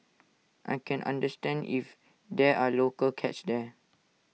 I can understand if there are local cats there